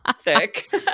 thick